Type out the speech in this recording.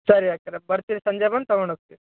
ಸರಿ ಅಕ್ಕಾವ್ರೆ ಬರ್ತೀನಿ ಸಂಜೆ ಬಂದು ತೊಗೊಂಡು ಹೋಗ್ತೀನಿ